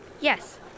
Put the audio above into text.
Yes